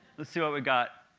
let's see what we got?